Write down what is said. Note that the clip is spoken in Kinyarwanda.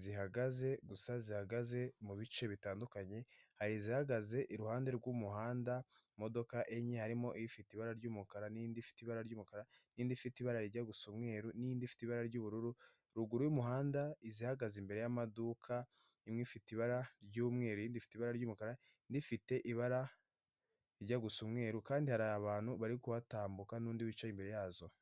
zihagaze gusa zihagaze mu bice bitandukanye, hari izihagaze iruhande rw'umuhanda, imodoka enye harimo ifite ibara ry'umukara n'indi ifite ibara ry'umukara, n'indi ifite ibara rijya gu gusa umweru n'indi ifite ibara ry'ubururu, ruguru y'umuhanda izihagaze imbere y'amaduka, imwe ifite ibara ry'umweru rifite ibara ry'umukara, rifite ibara rijya gusa umweru kandi hari abantu bari kuhatambuka n'undi wicaye imbere yazo.